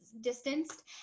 distanced